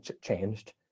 changed